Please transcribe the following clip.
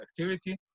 activity